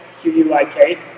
Q-U-I-K